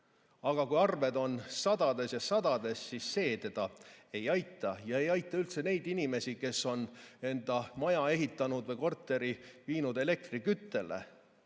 aga kui arved on sadades ja sadades, siis see teda ei aita ja see ei aita üldse neid inimesi, kes on enda maja või korteri viinud elektriküttele.